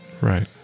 Right